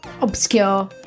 obscure